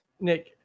Nick